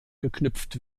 geknüpft